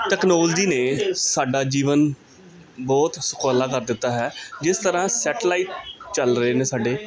technology ਨੇ ਸਾਡਾ ਜੀਵਨ ਬਹੁਤ ਸੁਖਾਲਾ ਕਰ ਦਿੱਤਾ ਹੈ ਜਿਸ ਤਰ੍ਹਾਂ ਸੈਟਲਾਈਟ ਚੱਲ ਰਹੇ ਨੇ ਸਾਡੇ